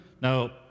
now